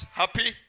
happy